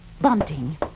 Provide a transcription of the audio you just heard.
Bunting